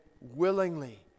willingly